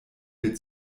wir